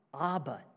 Abba